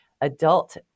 adult